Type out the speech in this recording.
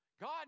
God